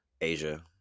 Asia